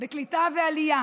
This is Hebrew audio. בקליטה ועלייה